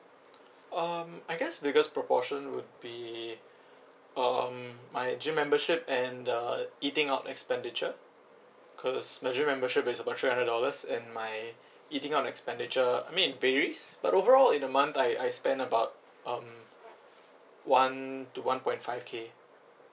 um I guess biggest proportion would be um my gym membership and the eating out expenditure cause my gym membership is about three hundred dollars and my eating out expenditure I mean it varies but overall in a month I I spend about um one to one point five K